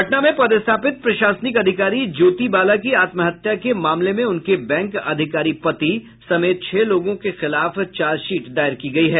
पटना में पदस्थापित प्रशासनिक अधिकारी ज्योति बाला की आत्महत्या के मामले में उनके बैंक अधिकारी पति समेत छह लोगों के खिलाफ चार्जशीट दायर की गयी है